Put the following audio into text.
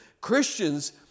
Christians